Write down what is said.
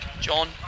John